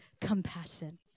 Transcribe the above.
compassion